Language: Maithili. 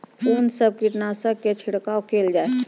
कून सब कीटनासक के छिड़काव केल जाय?